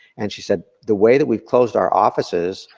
and she said, the way that we've closed our offices,